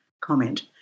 comment